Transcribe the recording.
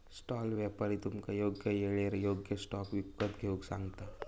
stall व्यापारी तुमका योग्य येळेर योग्य स्टॉक विकत घेऊक सांगता